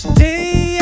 day